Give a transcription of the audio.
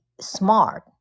smart